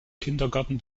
kindergarten